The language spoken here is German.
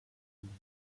tun